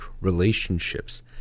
relationships